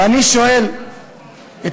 ואני שואל גם אני שואל, אדוני.